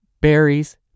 berries